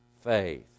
faith